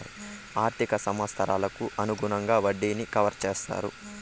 ఆర్థిక సంవత్సరాలకు అనుగుణంగా వడ్డీని కవర్ చేత్తారు